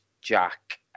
Jack